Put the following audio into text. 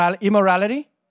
Immorality